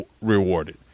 rewarded